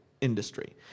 industry